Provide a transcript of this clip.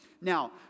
Now